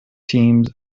teams